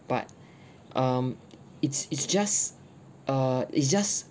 but um it's it's just err it's just